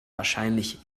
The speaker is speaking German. wahrscheinlich